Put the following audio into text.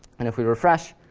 and if we refresh,